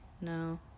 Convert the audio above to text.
no